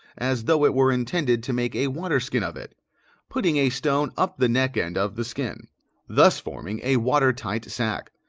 as though it were intended to make a water-skin of it putting a stone up the neck end of the skin thus forming a water-tight sack,